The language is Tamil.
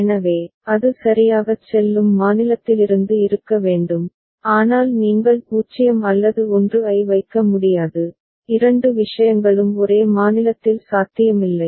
எனவே அது சரியாகச் செல்லும் மாநிலத்திலிருந்து இருக்க வேண்டும் ஆனால் நீங்கள் 0 அல்லது 1 ஐ வைக்க முடியாது இரண்டு விஷயங்களும் ஒரே மாநிலத்தில் சாத்தியமில்லை